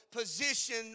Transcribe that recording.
position